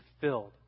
filled